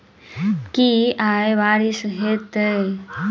की आय बारिश हेतै?